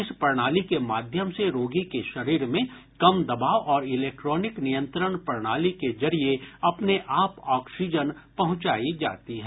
इस प्रणाली के माध्यम से रोगी के शरीर में कम दबाव और इलेक्ट्रॉनिक नियंत्रण प्रणाली के जरिए अपने आप ऑक्सीजन पहुंचाई जाती है